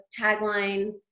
tagline